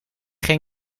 ging